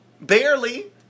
barely